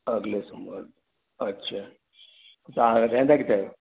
अगिले सूमरु अच्छा तव्हां रहंदा किथे आहियो